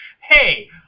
hey